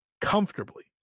comfortably